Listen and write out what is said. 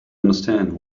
understand